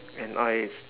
and I